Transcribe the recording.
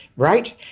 right.